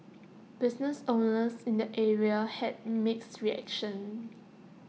business owners in the area had mixed reactions